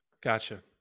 gotcha